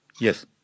Yes